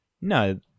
No